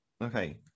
Okay